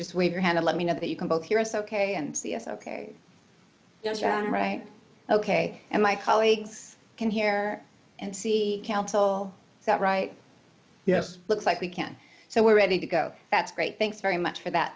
just wave your hand and let me know that you can both hear us ok and see us ok right ok and my colleagues can hear and see counsel is that right yes looks like we can so we're ready to go that's great thanks very much for that